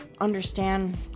understand